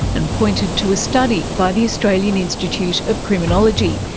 and pointed to a study by the australian institute of criminology.